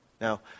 Now